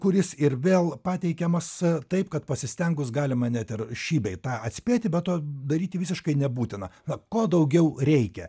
kuris ir vėl pateikiamas taip kad pasistengus galima net ir šį bei tą atspėti bet to daryti visiškai nebūtina ko daugiau reikia